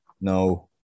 no